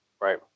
right